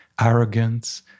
arrogance